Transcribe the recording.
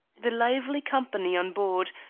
the lively company on board,